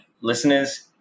listeners